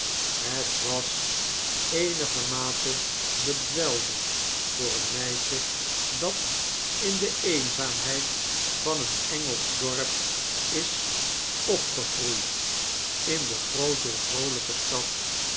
hij haar hetwaseenigermate bedwelmend voor een meisje dat in de eenzaamheid van een engelsch dorp is opgehet geheime huwelijk groeid in de groote vroolpe stad